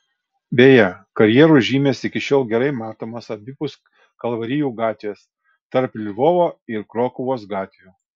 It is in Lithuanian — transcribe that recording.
beje karjerų žymės iki šiol gerai matomos abipus kalvarijų gatvės tarp lvovo ir krokuvos gatvių